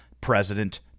president